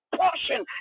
portion